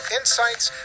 Insights